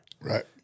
Right